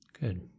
good